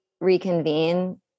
reconvene